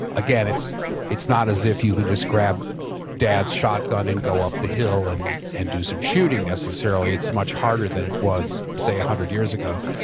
again, it's it's not as if you can just grab dad's shotgun and go up the hill and and do some shooting necessarily, it's much harder than it was say one hundred years ago.